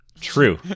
true